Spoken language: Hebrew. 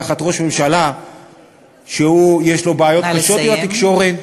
תחת ראש הממשלה שיש לו בעיות קשות עם התקשורת,